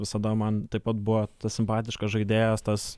visada man taip pat buvo tas simpatiškas žaidėjas tas